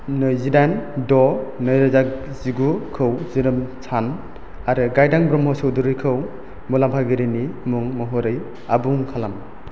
नैजिदाइन द' नैरोजा जिगुखौ जोनोम सान आरो गायदां ब्रह्म चौधुरीखौ मुलाम्फागिरिनि मुं महरै आबुं खालाम